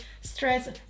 stress